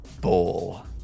ball